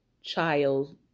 child